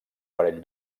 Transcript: parell